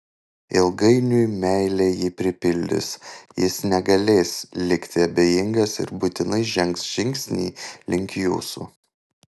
ilgainiui meilė jį pripildys jis negalės likti abejingas ir būtinai žengs žingsnį link jūsų